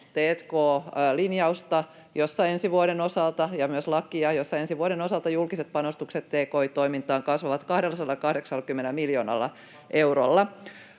t&k-linjausta ja myös lakia, jossa ensi vuoden osalta julkiset panostukset tki-toimintaan kasvavat 280 miljoonalla eurolla.